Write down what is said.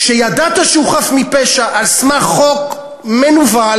שידעת שהוא חף מפשע, על סמך חוק מנוול,